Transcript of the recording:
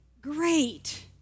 great